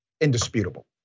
indisputable